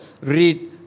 read